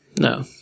no